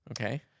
Okay